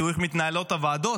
תראו איך מתנהלות הוועדות.